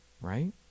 right